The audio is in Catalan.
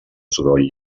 soroll